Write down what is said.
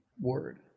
word